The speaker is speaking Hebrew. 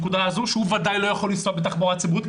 שבוודאי לא יכול לנסוע בתחבורה ציבורית,